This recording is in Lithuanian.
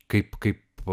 kaip kaip